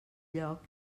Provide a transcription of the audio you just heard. lloc